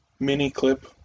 Miniclip